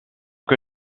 que